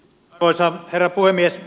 arvoisa herra puhemies